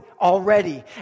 already